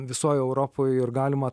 visoj europoj ir galima